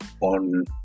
on